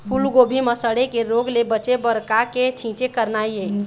फूलगोभी म सड़े के रोग ले बचे बर का के छींचे करना ये?